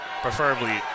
Preferably